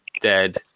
dead